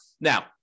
Now